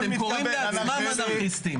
הם קוראים לעצמם אנרכיסטים.